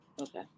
Okay